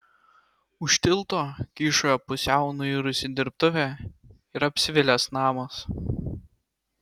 už tilto kyšojo pusiau nuirusi dirbtuvė ir apsvilęs namas